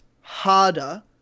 harder